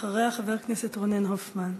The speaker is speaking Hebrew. ואחריה חברי הכנסת רונן הופמן,